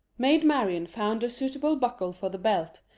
maid marian found a suitable buckle for the belt,